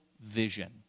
vision